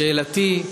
שאלתי: